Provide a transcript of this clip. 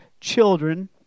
children